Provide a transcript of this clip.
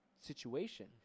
situation